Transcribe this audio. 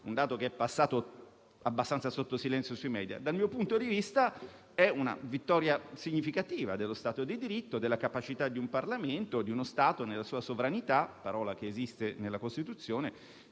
un dato, questo, passato abbastanza sotto silenzio sui *media* - è una vittoria significativa dello Stato di diritto, della capacità di un Parlamento e di uno Stato, nella sua sovranità (parola che esiste nella Costituzione),